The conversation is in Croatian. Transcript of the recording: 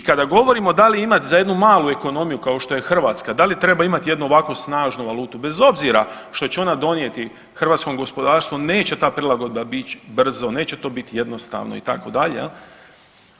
I kada govorimo da li ima za jednu malu ekonomiju kao što je Hrvatska da li treba imat jednu ovako snažnu valutu bez obzira što će ona donijeti hrvatskom gospodarstvu, neće ta prilagodba ić brzo, neće to bit jednostavno itd. jel.